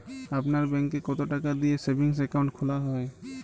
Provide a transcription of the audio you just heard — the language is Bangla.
আপনার ব্যাংকে কতো টাকা দিয়ে সেভিংস অ্যাকাউন্ট খোলা হয়?